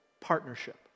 partnership